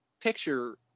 picture